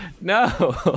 No